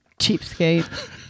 Cheapskate